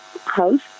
house